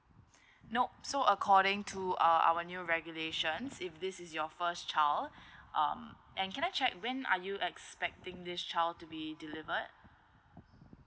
nope so according to uh our new regulations if this is your first child um and can I check when are you expecting this child to be delivered